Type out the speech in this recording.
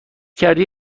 کردی